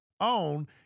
own